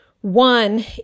One